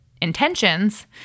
intentions